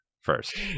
first